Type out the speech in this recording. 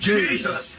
Jesus